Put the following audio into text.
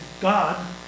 God